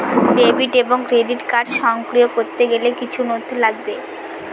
Debit এবং credit card সক্রিয় করতে গেলে কিছু নথি লাগবে?